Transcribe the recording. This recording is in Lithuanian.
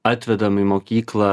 atvedam į mokyklą